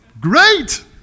Great